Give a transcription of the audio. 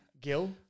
Gil